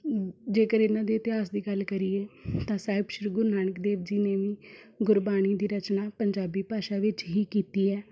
ਜੇਕਰ ਇਹਨਾਂ ਦੇ ਇਤਿਹਾਸ ਦੀ ਗੱਲ ਕਰੀਏ ਤਾਂ ਸਾਹਿਬ ਸ਼੍ਰੀ ਗੁਰੂ ਨਾਨਕ ਦੇਵ ਜੀ ਨੇ ਵੀ ਗੁਰਬਾਣੀ ਦੀ ਰਚਨਾ ਪੰਜਾਬੀ ਭਾਸ਼ਾ ਵਿੱਚ ਹੀ ਕੀਤੀ ਹੈ